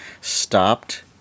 stopped